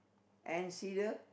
and see the